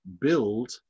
build